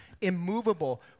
immovable